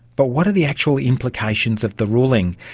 but what are the actual implications of the ruling?